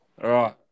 right